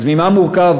אז ממה מורכבת